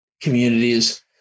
Communities